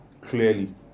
clearly